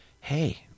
hey